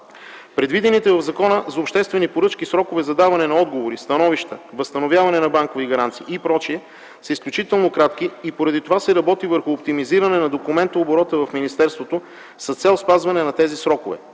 Предвидените в Закона за обществени поръчки срокове за даване на отговори, становища, възстановяване на банкови гаранции и прочее са изключително кратки и поради това се работи върху оптимизиране на документооборота в министерството с цел спазване на тези срокове.